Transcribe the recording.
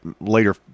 later